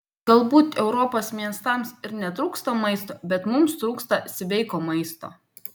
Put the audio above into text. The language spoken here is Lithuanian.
galbūt europos miestams ir netrūksta maisto bet mums trūksta sveiko maisto